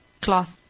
cloth